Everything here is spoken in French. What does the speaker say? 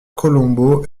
colombot